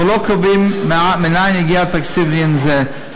אבל לא קובעים מנין יגיע התקציב לעניין זה.